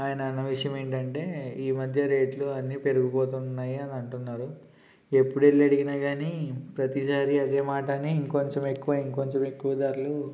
ఆయన అన్న విషయం ఏంటంటే ఈ మధ్య రేట్లు అన్ని పెరిగిపోతున్నాయి అని అంటున్నారు ఎప్పుడు వెళ్లి అడిగినా కానీ ప్రతిసారి అదే మాటనే ఇంకొంచెం ఎక్కువ ఇంకొంచెం ఎక్కువ ధరలు